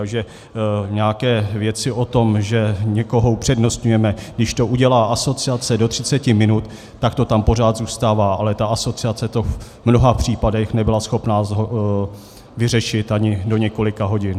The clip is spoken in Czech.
Takže nějaké věci o tom, že někoho upřednostňujeme, když to udělá asociace do 30 minut, tak to tam pořád zůstává, ale ta asociace to v mnoha případech nebyla schopna vyřešit ani do několika hodin.